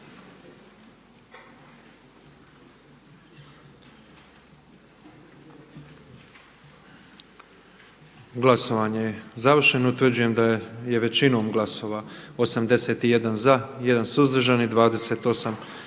Glasovanje je završeno. Utvrđujem da je većinom glasova 121 za, 5 suzdržani i s